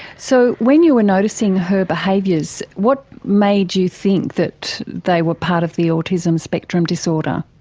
so when you are noticing her behaviours, what made you think that they were part of the autism spectrum disorder?